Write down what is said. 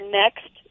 next